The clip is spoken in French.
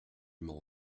m’en